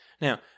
Now